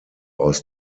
aus